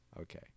okay